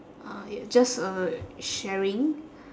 uh ya just a sharing